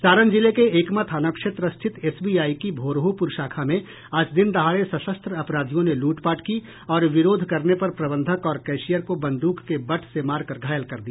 सारण जिले के एकमा थाना क्षेत्र स्थित एसबीआई की भोरहोपुर शाखा में आज दिनदहाड़े सशस्त्र अपराधियों ने लूटपाट की और विरोध करने पर प्रबंधक और कैशियर को बंदूक के बट से मार कर घायल कर दिया